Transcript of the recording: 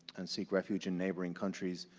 and seek refuge in neighboring countries,